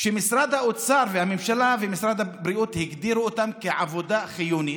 שמשרד האוצר והממשלה ומשרד הבריאות הגדירו אותם כעבודה חיונית,